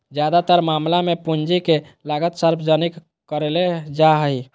ज्यादातर मामला मे पूंजी के लागत सार्वजनिक करले जा हाई